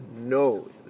No